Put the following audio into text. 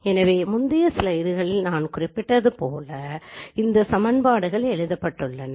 எனவே முந்தைய ஸ்லைடில் நான் குறிப்பிட்டது போல இந்த சமன்பாடுகள் எழுதப்பட்டுள்ளன